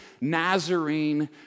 Nazarene